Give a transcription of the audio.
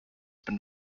been